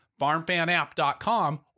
Farmfanapp.com